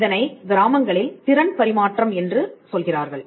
இதனை கிராமங்களில் திறன் பரிமாற்றம் என்று சொல்கிறார்கள்